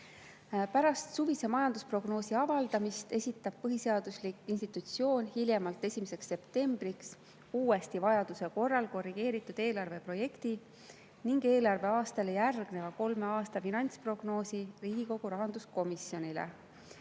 Pärast suvise majandusprognoosi avaldamist esitab põhiseaduslik institutsioon hiljemalt 1. septembriks uuesti, vajaduse korral korrigeeritult, eelarve projekti ning eelarveaastale järgneva kolme aasta finantsprognoosi Riigikogu rahanduskomisjonile.